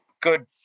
good